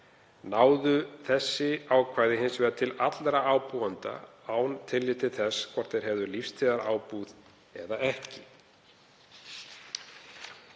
náðu þessi ákvæði hins vegar til allra ábúenda án tillits til þess hvort þeir hefðu lífstíðarábúð eða ekki.